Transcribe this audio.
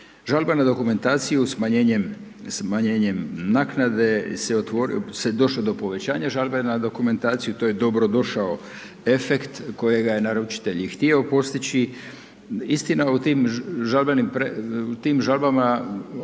Žalba na dokumentaciju, smanjenjem naknade se došlo do povećanja, žalba na dokumentaciju, to je dobrodošao efekt kojega je naručitelj i htio postići. Istina u tim žalbama oni